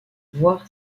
voir